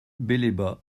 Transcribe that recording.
belébat